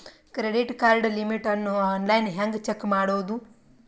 Credit card limit ಅನ್ನು online ಹೆಂಗ್ check ಮಾಡೋದು?